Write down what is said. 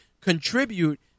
contribute